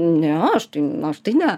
ne aš tai aš tai ne